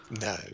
No